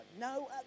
no